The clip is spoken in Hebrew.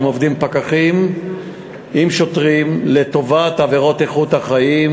שבו עובדים פקחים עם שוטרים לטובת עבירות איכות החיים,